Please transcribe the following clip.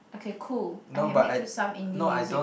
okay cool I can make you some indie music